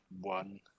one